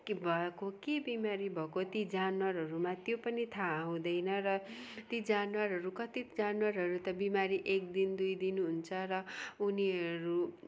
के भएको के बिमारी भए को ती जनावरहरूमा त्यो पनि थाहा हुँदैन र ती जनावरहरू कति जनावरहरू त बिमारी एक दिन दुई दिन हुन्छ र उनीहरू